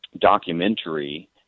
documentary –